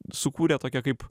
sukūrė tokią kaip